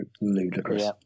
ludicrous